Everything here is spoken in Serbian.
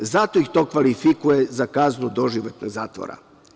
Zato ih to kvalifikuje za kaznu doživotnog zatvora.